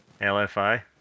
LFI